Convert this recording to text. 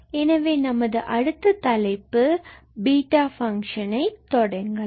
எனவே நமது அடுத்த தலைப்பு பீட்டா ஃபங்ஷனை தொடங்கலாம்